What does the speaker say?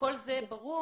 כל זה ברור.